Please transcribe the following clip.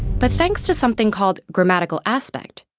but thanks to something called grammatical aspect,